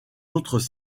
autres